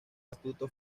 astuto